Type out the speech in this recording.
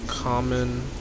common